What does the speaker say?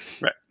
Right